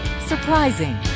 Surprising